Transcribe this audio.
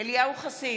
אליהו חסיד,